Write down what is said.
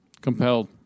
compelled